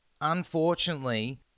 Unfortunately